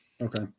Okay